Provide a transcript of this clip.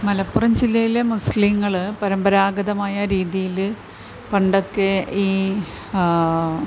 മലപ്പുറം ജില്ലയിലെ മുസ്ലിങ്ങൾ പരമ്പരാഗതമായ രീതിയിൽ പണ്ടൊക്കെ ഈ